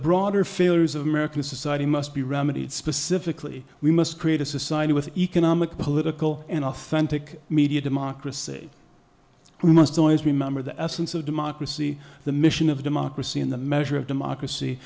broader failures of american society must be remedied specifically we must create a society with economic political and authentic media democracy we must always remember the essence of democracy the mission of democracy in the measure of democracy